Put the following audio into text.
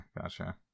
gotcha